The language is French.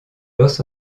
los